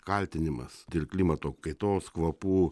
kaltinimas dėl klimato kaitos kvapų